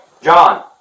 John